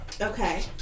Okay